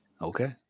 Okay